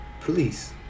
please